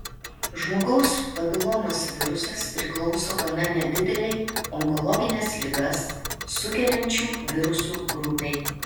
žmogaus papilomos virusas priklauso gana nedidelei onkologines ligas sukeliančių virusų grupei